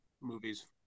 Movies